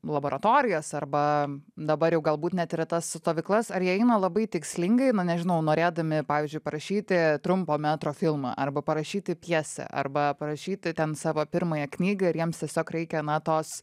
laboratorijas arba dabar jau galbūt net ir į tas stovyklas ar jie eina labai tikslingai na nežinau norėdami pavyzdžiui parašyti trumpo metro filmą arba parašyti pjesę arba parašyti ten savo pirmąją knygą ir jiems tiesiog reikia na tos